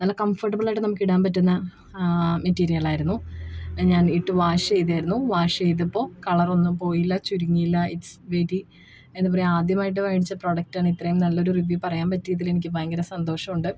നല്ല കംഫോർട്ടബിളായിട്ടു നമുക്ക് ഇടാൻ പറ്റുന്ന മെറ്റീരിയലായിരുന്നു ഞാൻ ഇട്ടു വാഷ് ചെയ്തിരുന്നു വാഷ് ചെയ്തപ്പോൾ കളറൊന്നും പോയില്ല ചുരുങ്ങിയില്ല ഇട്സ് വെരി എന്താ പറയുക ആദ്യമായിട്ടു മേടിച്ച പ്രോഡക്റ്റാണ് ഇത്രയും നല്ല ഒരു റിവ്യൂ പറയാൻ പറ്റിയതിൽ എനിക്ക് ഭയങ്കര സന്തോഷമുണ്ട്